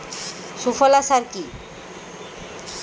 সুফলা সার কি?